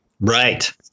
Right